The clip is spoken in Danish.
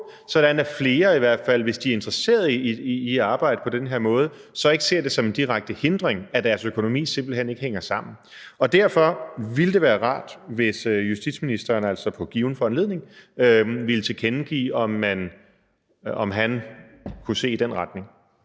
i hvert fald, hvis de er interesseret i at arbejde på den her måde, så ikke ser det som en direkte hindring, fordi deres økonomi simpelt hen ikke hænger sammen. Derfor ville det være rart, hvis justitsministeren altså på given foranledning ville tilkendegive, om han kunne se i den retning.